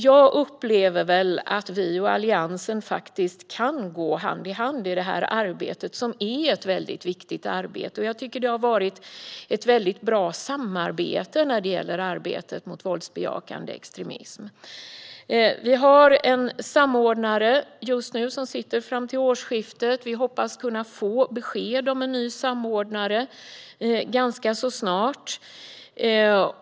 Jag upplever att vi och Alliansen kan gå hand i hand i det arbetet. Det är ett viktigt arbete. Vi har haft ett bra samarbete när det gäller arbetet mot våldsbejakande extremism. Det finns just nu en samordnare som ska sitta fram till årsskiftet. Vi hoppas få besked om en ny samordnare ganska snart.